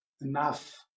enough